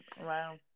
Wow